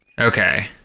Okay